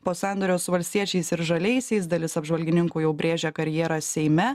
po sandorio su valstiečiais ir žaliaisiais dalis apžvalgininkų jau brėžia karjerą seime